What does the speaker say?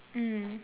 mm